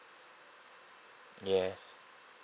yes